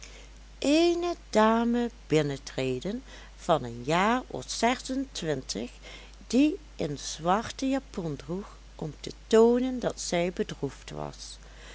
eene dame binnentreden van een jaar of zesentwintig die een zwarte japon droeg om te toonen dat zij bedroefd was